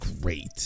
great